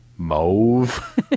Mauve